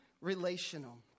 relational